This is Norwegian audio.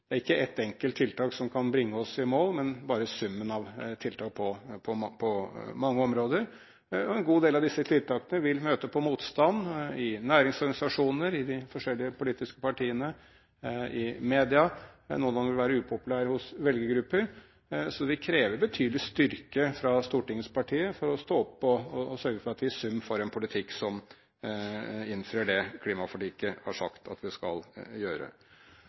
Det er ikke ett enkelt tiltak som kan bringe oss i mål, men bare summen av tiltak på mange områder. En god del av disse tiltakene vil møte motstand i næringsorganisasjoner, i de forskjellige politiske partiene, i media, og noen av dem vil være upopulære hos velgergrupper. Så det vil kreve betydelig styrke fra Stortingets partier for å stå opp for og sørge for at vi i sum får en politikk som innfrir klimaforliket, som vi har sagt at vi skal gjøre.